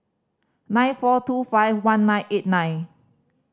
nine four two five one nine eight nine